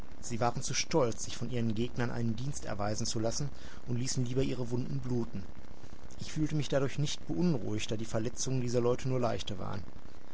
sie waren zu stolz sich von ihren gegnern einen dienst erweisen zu lassen und ließen lieber ihre wunden bluten ich fühlte mich dadurch nicht beunruhigt da die verletzungen dieser leute nur leichte waren